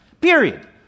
Period